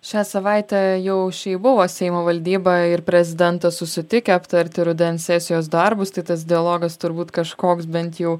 šią savaitę jau šiaip buvo seimo valdyba ir prezidentas susitikę aptarti rudens sesijos darbus tai tas dialogas turbūt kažkoks bent jau